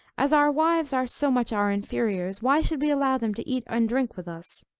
as our wives are so much our inferiors why should we allow them to eat and drink with us?